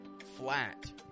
flat